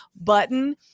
button